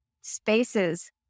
spaces